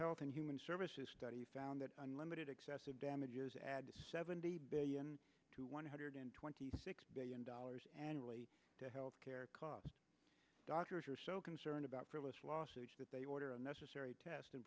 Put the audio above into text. health and human services study found that unlimited excessive damages add seventy billion to one hundred twenty six billion dollars annually to health care costs doctors are so concerned about frivolous lawsuits that they order unnecessary test